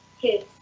Kids